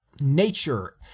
nature